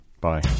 Bye